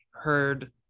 heard